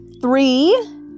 three